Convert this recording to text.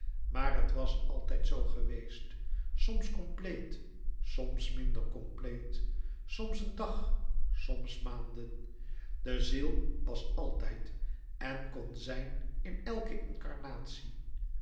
maar het was altijd zoo geweest soms compleet soms minder compleet soms een dag soms maanden de ziel was altijd en kon zijn in elke incarnatie